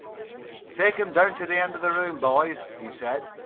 take em down to the end of the room, boys, he said.